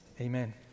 amen